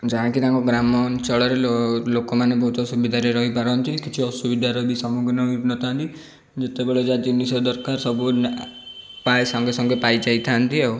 ଯାହାଁକି ତାଙ୍କ ଗ୍ରାମାଞ୍ଚଳରେ ଲୋକମାନେ ବହୁତ ସୁବିଧାରେ ରହିପାରନ୍ତି କିଛି ଅସୁବିଧାର ମଧ୍ୟ ସମ୍ମୁଖୀନ ହୋଇନଥାନ୍ତି ଯେତେବେଳେ ଜିନିଷ ସବୁ ଦରକାର ପ୍ରାୟ ସଙ୍ଗେ ସଙ୍ଗେ ସବୁ ପାଇଯାଇଥାନ୍ତି ଆଉ